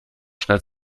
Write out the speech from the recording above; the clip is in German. schnell